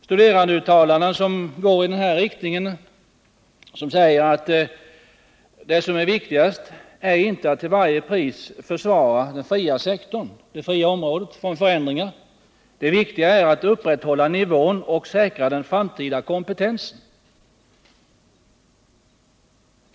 En del uttalanden går i den riktningen att de anser att det viktigaste inte är att till varje pris försvara det fria området och slippa förändringarna, utan att det viktigaste är att upprätthålla nivån och säkra den framtida kompetensen.